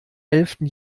elften